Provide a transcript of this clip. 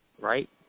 right